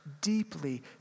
deeply